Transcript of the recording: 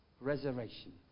resurrection